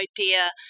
idea